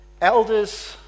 Elders